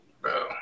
bro